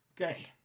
Okay